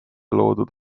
loodud